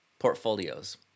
portfolios